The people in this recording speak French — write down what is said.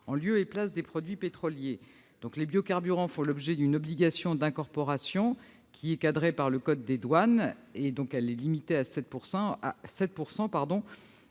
en lieu et place des produits pétroliers. Les biocarburants font l'objet d'une obligation d'incorporation cadrée par le code des douanes ; le taux d'incorporation est limité à 7